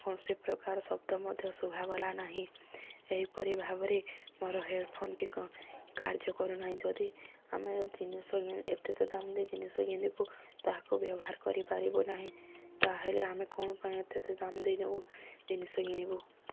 କୌଣସି ପ୍ରକାର ଶବ୍ଦ ମଧ୍ୟ ଶୁଭାଗଲା ନାହିଁ ଏହିପରି ଭାବରେ ମୋର ହେଡ଼୍ଫୋନ୍ଟିି କାର୍ଯ୍ୟ କରୁନାହିଁ ଯଦି ଆମେ ଜିନିଷ ଏତେ ଏତେ ଦାମ୍ ଦେଇ ଜିନିଷ କିଣିବୁ ତାହାକୁ ବ୍ୟବହାର କରିପାରିବୁ ନାହିଁ ତା'ହେଲେ ଆମେ କ'ଣ ପାଇଁ ଏତେ ଏତେ ଦାମ୍ ଦେଇ ଯେଉଁ ଜିନିଷ କିଣିବୁ